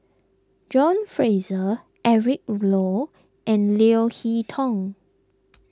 John Fraser Eric Low and Leo Hee Tong